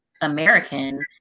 American